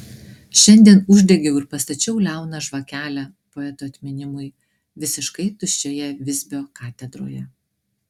šiandien uždegiau ir pastačiau liauną žvakelę poeto atminimui visiškai tuščioje visbio katedroje